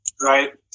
Right